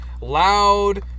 loud